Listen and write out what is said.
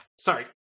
Sorry